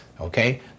Okay